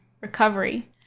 recovery